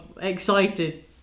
excited